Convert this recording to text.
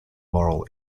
moral